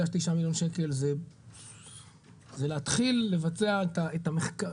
שתשעה מיליון שקל זה להתחיל לבצע את המחקר.